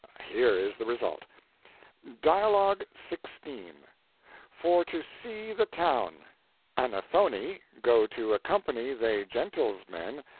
here is the result dialogue sixteen for to see the town anothony, go to accompany they gentilsmen,